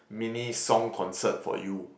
mini song concert for you